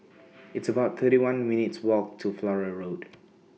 It's about thirty one minutes' Walk to Flora Road